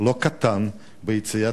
לא קטן ביציאה